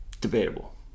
Debatable